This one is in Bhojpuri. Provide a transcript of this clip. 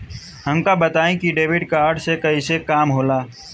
हमका बताई कि डेबिट कार्ड से कईसे काम होला?